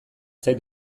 zait